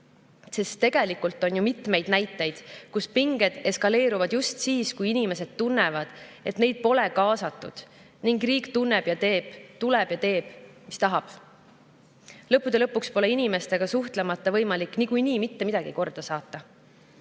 Tegelikult on ju mitmeid näiteid, et pinged on eskaleerunud just siis, kui inimesed tunnevad, et neid pole kaasatud, ning riik tuleb ja teeb, mis tahab. Lõppude lõpuks pole inimestega suhtlemata võimalik niikuinii mitte midagi korda saata.